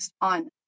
on